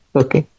okay